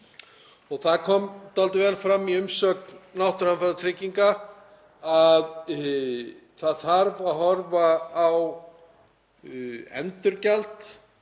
Það kom dálítið vel fram í umsögn náttúruhamfaratryggingar að það þarf að horfa á endurgjald,